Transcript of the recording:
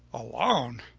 alone?